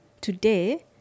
today